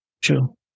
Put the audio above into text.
true